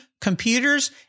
computers